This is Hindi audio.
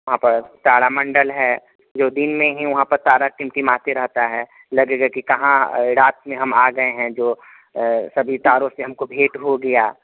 वहाँ पर तारामंडल है जो दिन में ही वहाँ पर तारा टिमटिमाते रहता है लगेगा कि कहाँ रात में हम आ गए हैं जो सभी तारों से हमको भेंट हो गया